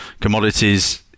commodities